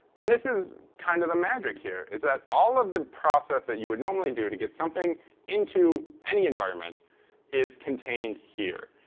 and this is kind of the magic here, is that all of the process that you would normally do to get something into any environment is contained here.